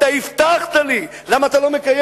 אתה הבטחת לי, למה אתה לא מקיים?